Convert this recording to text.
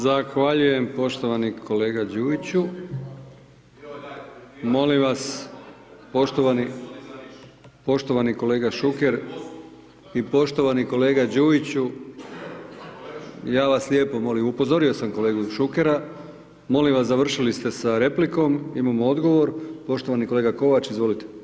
Zahvaljujem poštovani kolega Đujiću. … [[Upadica sa strane, ne razumije se.]] Molim vas, poštovani kolega Šuker i poštovani kolega Đujiću, ja vas lijepo molim, upozorio sam kolega Šukera, molim vas, završili ste s replikom, imamo odgovor, poštovani kolega Kovač, izvolite.